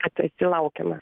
kad tu esi laukiamas